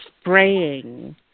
spraying